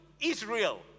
Israel